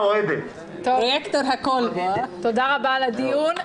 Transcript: תודה רבה על הדיון.